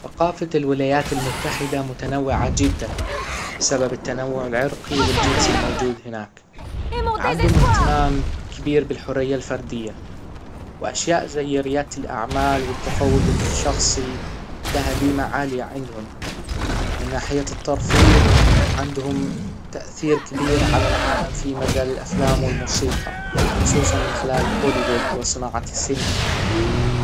ثقافة الولايات المتحدة متنوعة جدا بسبب التنوع العرقي والجنسي الموجود هناك عندهم اهتمام كبير بالحرية الفردية واشياء زي ريادة الاعمال والتفوق الشخصي لها جيمة عالية عندهم من ناحية الترفيه عندهم تأثير كبير على العالم في مجال الافلام والموسيقى وخصوصا من خلال هوليوود وصناعة السينما